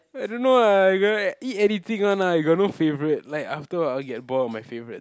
I don't know ah I could eat anything one lah I got no favorite like after a while I will get bored of my favorite